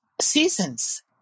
seasons